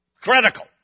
Critical